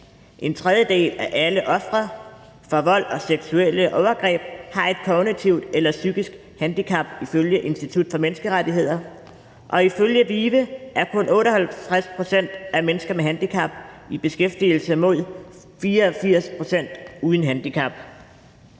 En tredjedel af alle ofre for vold og seksuelle overgreb har et kognitivt eller psykisk handicap ifølge Institut for Menneskerettigheder. Og ifølge VIVE er kun 58 pct. af alle mennesker med handicap i beskæftigelse mod 84 pct.